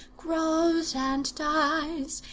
grows, and dies.